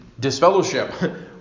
disfellowship